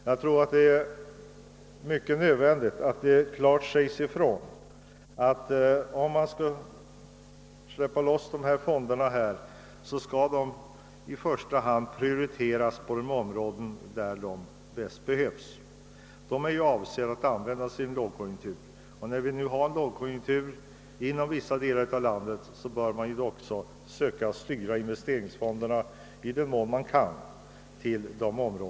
Jag tror att det är nödvändigt att det klart utsägs, att om dessa fonder släpps fria, så bör de användas med prioritet på de områden där de i första hand behövs. De är ju avsedda att användas i en lågkonjunktur. När det råder lågkonjunktur inom vissa delar av landet, bör man därför söka styra flödet av medel från investeringsfonderna till dessa områden, i den mån man kan göra det.